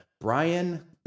Brian